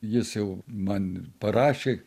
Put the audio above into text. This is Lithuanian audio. jis jau man parašė